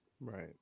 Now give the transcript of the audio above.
Right